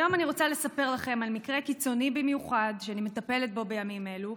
היום אני רוצה לספר לכם על מקרה קיצוני במיוחד שאני מטפלת בו בימים אלו,